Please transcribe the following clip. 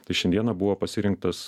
tai šiandieną buvo pasirinktas